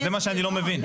זה מה שאני לא מבין.